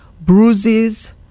bruises